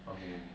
okay okay